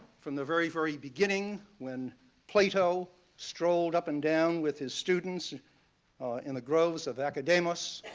from the very, very beginning when plato strolled up and down with his students in the groves of academus